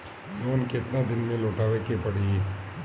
Loan केतना दिन में लौटावे के पड़ी?